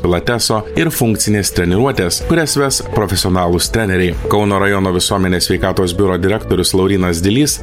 pilateso ir funkcinės treniruotės kurias ves profesionalūs treneriai kauno rajono visuomenės sveikatos biuro direktorius laurynas dilys